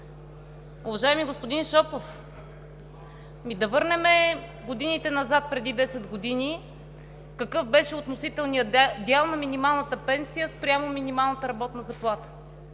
Уважаеми господин Шопов, ами да върнем годините назад. Преди 10 години какъв беше относителният дял на минималната пенсия спрямо минималната работна заплата?